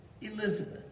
Elizabeth